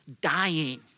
dying